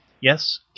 Yes